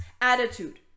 attitude